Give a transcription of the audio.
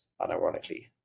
unironically